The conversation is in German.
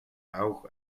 auch